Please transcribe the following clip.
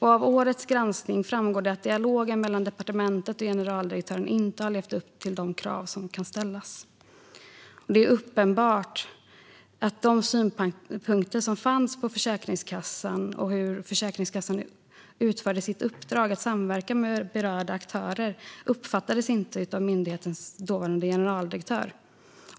Av årets granskning framgår att "dialogen mellan departementet och generaldirektören inte har levt upp till de krav som kan ställas". Det är uppenbart att de synpunkter som fanns på Försäkringskassan och hur Försäkringskassan utförde sitt uppdrag att samverka med berörda aktörer inte uppfattades av myndighetens dåvarande generaldirektör.